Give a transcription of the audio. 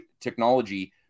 technology